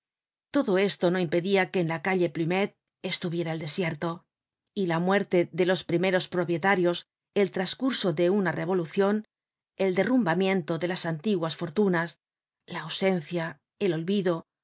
todo esto no impedia que en la calle plumet estuviera el desierto y la muerte de los primeros propietarios el trascurso de una revolucion el derrumbamiento de las antiguas fortunas la ausencia el olvido